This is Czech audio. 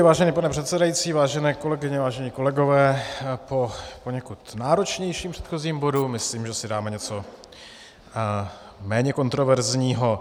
Vážený pane předsedající, vážené kolegyně, vážení kolegové, po poněkud náročnějším předchozím bodu myslím, že si dáme něco méně kontroverzního.